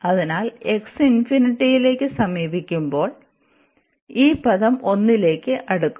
അതിനാൽ x ലേക്ക് സമീപിക്കുമ്പോൾ ഈ പദം 1 ലേക്ക് അടുക്കും